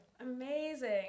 amazing